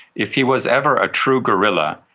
if he was ever a true guerrilla,